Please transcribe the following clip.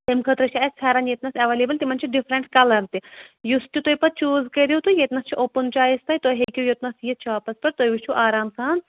تمہِ خٲطرٕ چھِ اَسہِ پھٮران ییٚتہِ نَس ایویلیبٕل تِمَن چھِ ڈِفرَنٛٹ کَلَر تہِ یُس تہِ تُہۍ پَتہٕ چوٗز کٔرِو تہٕ ییٚتہِ نَس چھِ اوٚپُن چویِس تۄہہِ تۄہہِ ہیٚکِو یوٚتنَس یِتھ شاپَس پٮ۪ٹھ تُہۍ وٕچھِو آرام سان